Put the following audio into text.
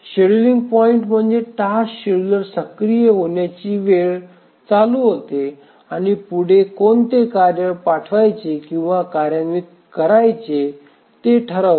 scheduling point म्हणजे task scheduler सक्रिय होण्याची वेळ चालू होते आणि पुढे कोणते कार्य पाठवायचे किंवा कार्यान्वित करायचे ते ठरवते